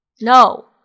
No